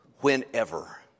whenever